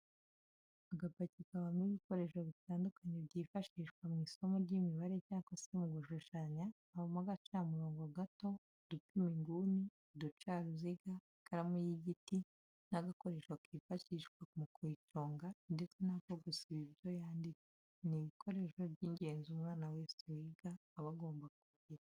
Agapaki kabamo ibikoresho bitandukanye byifashishwa mu isomo ry'imibare cyangwa se mu gushushanya habamo agacamurongo gato, udupima inguni, uducaruziga, ikaramu y'igiti n'agakoresho kifashishwa mu kuyiconga ndetse n'ako gusiba ibyo yanditse, ni ibikoresho by'ingenzi umwana wese wiga aba agomba kugira.